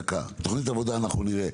תכנית עבודה אנחנו נראה,